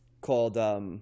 called